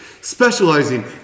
specializing